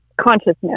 consciousness